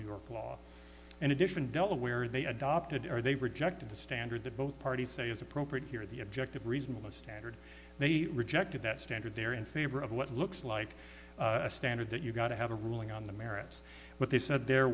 new york law in addition delaware they adopted or they rejected the standard that both parties say is appropriate here the objective reasonable standard they rejected that standard they're in favor of what looks like a standard that you've got to have a ruling on the merits but they said there